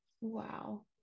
Wow